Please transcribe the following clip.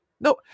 No